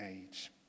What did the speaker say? age